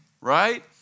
right